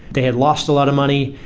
they had lost a lot of money,